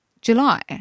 July